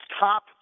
top –